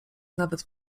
nawet